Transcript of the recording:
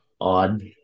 odd